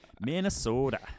Minnesota